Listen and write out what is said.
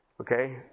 Okay